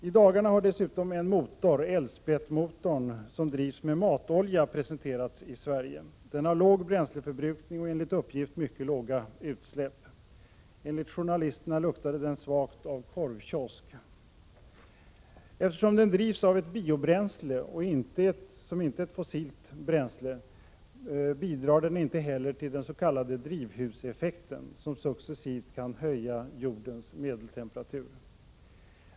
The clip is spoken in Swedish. I dagarna har dessutom en motor, Elsbettmotorn, som drivs med matolja, presenterats i Sverige. Den har låg bränsleförbrukning och enligt uppgift mycket låga utsläpp. Enligt journalisterna luktade den svagt av korvkiosk. Eftersom den drivs av ett biobränsle, och inte av ett fossilt bränsle, bidrar den inte heller till den s.k. drivhuseffekten, som successivt kan höja jordens medeltemperatur.